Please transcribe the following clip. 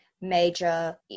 major